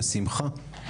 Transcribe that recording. בשמחה.